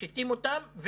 מפשיטים אותם,